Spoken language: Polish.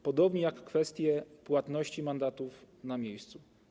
Podobnie jak kwestie płatności mandatów na miejscu.